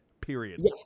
period